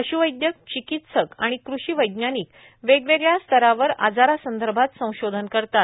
पश्वैद्यकए चिकित्सक आणि कृषी वैज्ञानिक वेगवेगळ्या स्तरावर आजारासंदर्भात संशोधन करतात